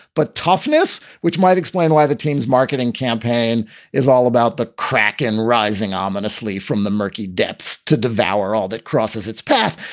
but toughness, which might explain why the team's marketing campaign is all about the crack and rising ominously from the murky depths to devour all that crosses its path.